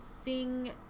sing